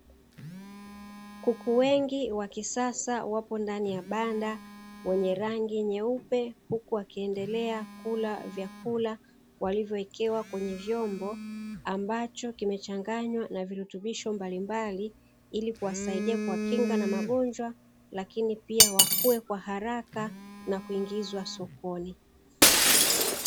Kuku wengi wa kisasa wapo ndani ya banda wenye rangi nyeupe, huku wakiendelea kula vyakula walivyowekewa kwenye vyombo ambacho kimechanganywa na virutubisho mbalimbali ili kuwasaidia kuwakinga na magonjwa, lakini pia wakue kwa haraka na kuingizwa sokoni.